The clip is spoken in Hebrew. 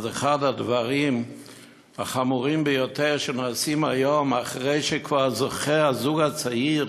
אז אחד הדברים החמורים ביותר שנעשים היום אחרי שהזוג הצעיר